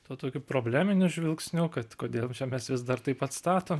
tuo tokiu probleminiu žvilgsniu kad kodėl čia mes vis dar taip pat statom